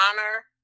honor